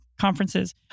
conferences